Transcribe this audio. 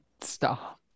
Stop